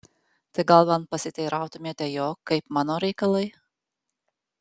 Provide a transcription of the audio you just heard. tai gal bent pasiteirautumėte jo kaip mano reikalai